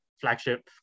flagship